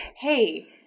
hey